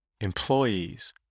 employees